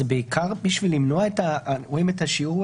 זה בעיקר בשביל למנוע את אנו רואים את הירידה